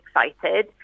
excited